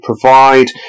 provide